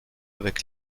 avec